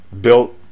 built